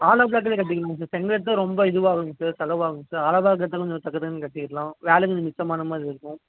ஆலப்புழா கல்லே கட்டிக்கலாங்க சார் செங்கல் எடுத்தால் ரொம்ப இதுவாகுங்க சார் செலவாகுங்க சார் ஆலப்பபுழா கல்லுன்னா கொஞ்சம் டக்கு டக்குன்னு கட்டிடலாம் வேலையும் கொஞ்சம் மிச்சமான மாதிரி இருக்கும்